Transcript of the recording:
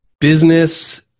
business